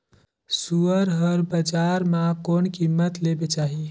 सुअर हर बजार मां कोन कीमत ले बेचाही?